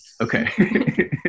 Okay